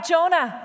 Jonah